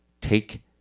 Take